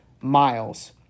miles